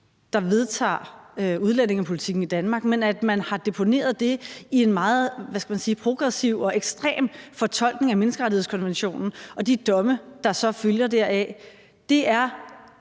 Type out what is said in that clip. der vedtager udlændingepolitikken i Danmark, men at man har deponeret det i en meget, hvad skal man sige, progressiv og ekstrem fortolkning af menneskerettighedskonventionen og de domme, der så følger deraf, er